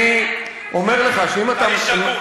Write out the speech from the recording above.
אני אומר לך שאם אתה,